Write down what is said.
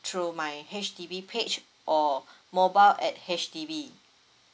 through my H_D_B page or mobile at H_D_B